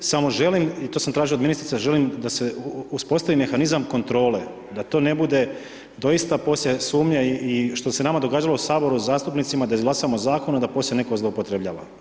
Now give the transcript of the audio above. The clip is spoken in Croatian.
Samo želim i to sam tražio od ministrice, želim da se uspostavi mehanizam kontrole da to ne bude doista poslije sumnja i što se nama događalo u Saboru zastupnicima da izglasamo zakon a da poslije netko zloupotrebljava.